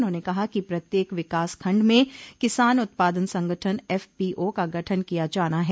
उन्होनें कहा कि प्रत्येक विकास खंड में किसान उत्पादन संगठन एफपीओ का गठन किया जाना है